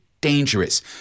dangerous